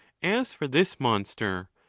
as for this monster,